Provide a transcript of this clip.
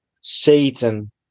Satan